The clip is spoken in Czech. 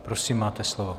Prosím, máte slovo.